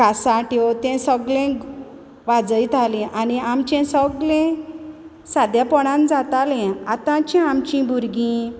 कासाट्यो तें सोगलें वाजयतालीं आनी आमचें सोगलें सादेपोणान जातालें आतांचीं आमचीं भुरगीं